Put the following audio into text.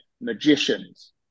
magicians